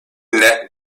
net